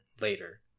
later